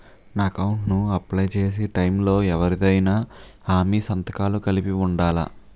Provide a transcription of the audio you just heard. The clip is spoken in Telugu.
నా అకౌంట్ ను అప్లై చేసి టైం లో ఎవరిదైనా హామీ సంతకాలు కలిపి ఉండలా?